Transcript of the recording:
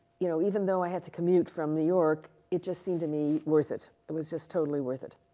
you know, even though i had to commute from new york, it just seemed to me worth it. it was just totally worth it.